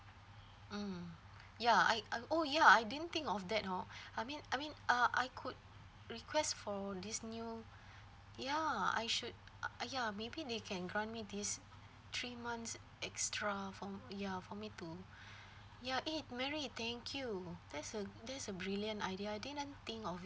mmhmm ya I I oh ya I didn't think of that hor I mean I mean uh I could request for this new ya I should uh uh ya maybe they can grant me this three months extra for ya for me to ya eh mary thank you that's a that's a brilliant idea I didn't think of it